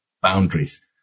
Boundaries